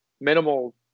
minimal